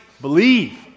believe